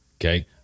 Okay